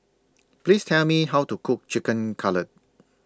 Please Tell Me How to Cook Chicken Cutlet